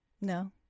no